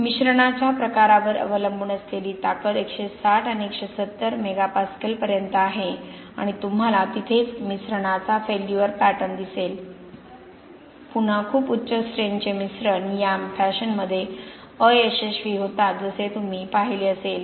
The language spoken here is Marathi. मिश्रणाच्या प्रकारावर अवलंबून असलेली ताकद 160 आणि 170 मेगापास्कल पर्यंत आहे आणि तुम्हाला तिथेच मिश्रणाचा फेल्युअर पॅटर्न दिसेल पुन्हा खूप उच्च स्ट्रेंथ चे मिश्रण या फॅशनमध्ये अयशस्वी होतात जसे तुम्ही पाहिले असेल